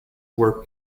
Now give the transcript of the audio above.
were